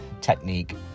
technique